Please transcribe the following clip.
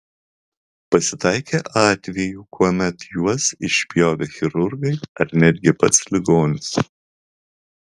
pasitaikė atvejų kuomet juos išpjovė chirurgai ar netgi pats ligonis